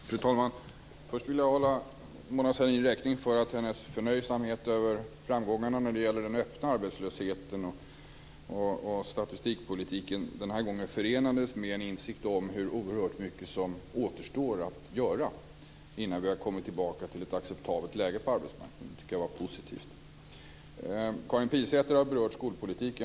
Fru talman! Först vill jag hålla Mona Sahlin räkning för att hennes förnöjsamhet över framgångarna när det gäller den öppna arbetslösheten och statistikpolitiken den här gången förenades med en insikt om hur oerhört mycket som återstår att göra innan vi har kommit tillbaka till ett acceptabelt läge på arbetsmarknaden. Det tycker jag var positivt. Karin Pilsäter har berört skolpolitiken.